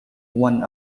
one